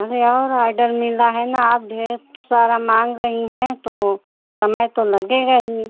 अभी और आडर मिला है न आप ढेर सारा माँग रही हैं तो समय तो लगेगा ही